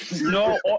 No